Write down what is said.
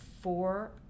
four